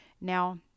Now